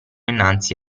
innanzi